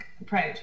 approach